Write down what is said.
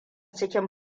cikin